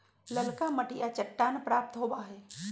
ललका मटिया चट्टान प्राप्त होबा हई